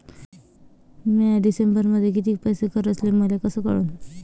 म्या डिसेंबरमध्ये कितीक पैसे खर्चले मले कस कळन?